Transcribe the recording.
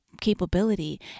capability